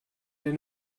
dir